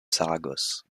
saragosse